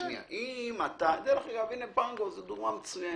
זו דוגמה מצוינת.